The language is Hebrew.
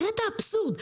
עוד אבסורד,